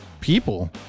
people